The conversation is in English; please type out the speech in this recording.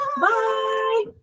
Bye